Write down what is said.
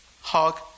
hug